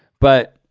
but